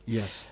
Yes